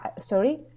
Sorry